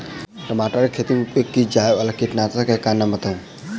टमाटर केँ खेती मे उपयोग की जायवला कीटनासक कऽ नाम बताऊ?